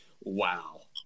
Wow